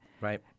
Right